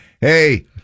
Hey